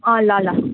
ल ल